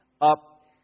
up